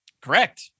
Correct